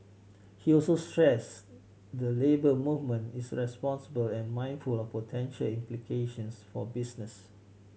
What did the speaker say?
he also stressed the Labour Movement is responsible and mindful of potential implications for business